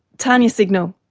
tania signal.